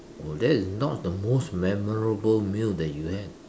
oh that is not the most memorable meal that you had